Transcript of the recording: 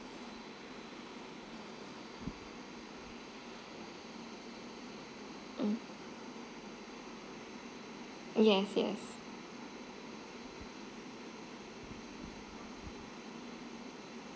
mm yes yes